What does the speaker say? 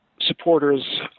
supporters